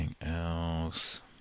else